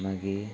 मागीर